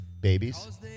Babies